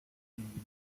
being